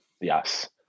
Yes